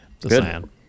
Good